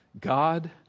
God